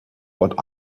what